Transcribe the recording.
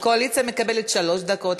והקואליציה מקבלת שלוש דקות,